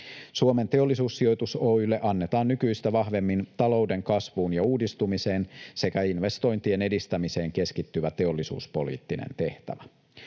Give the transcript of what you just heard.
Suomen Teollisuussijoitus Oy:lle annetaan nykyistä vahvemmin talouden kasvuun ja uudistumiseen sekä investointien edistämiseen keskittyvä teollisuuspoliittinen tehtävä.